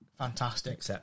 Fantastic